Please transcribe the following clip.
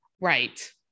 Right